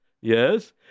yes